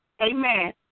Amen